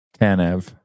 Tanev